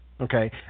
Okay